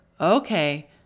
Okay